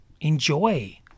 Enjoy